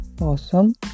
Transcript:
awesome